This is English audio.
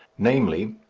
namely,